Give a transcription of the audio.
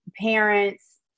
parents